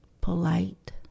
polite